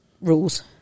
rules